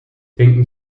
denken